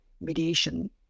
mediation